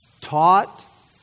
taught